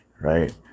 right